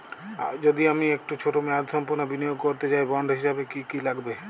আমি যদি একটু ছোট মেয়াদসম্পন্ন বিনিয়োগ করতে চাই বন্ড হিসেবে কী কী লাগবে?